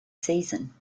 season